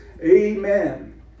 amen